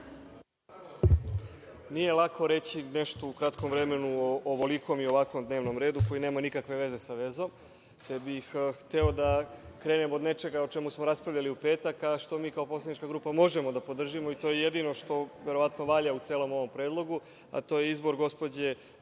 Nije lako reći nešto u kratkom vremenu o ovolikom i ovakvom dnevnom redu, koji nema nikakve veze sa vezom, pa bih hteo da krenem od nečega o čemu smo raspravljali u petak, a što mi kao poslanička grupa možemo da podržimo i to jedino što verovatno valja u celom ovom predlogu, a to je izbor gospođe